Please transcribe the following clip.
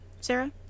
Sarah